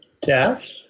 death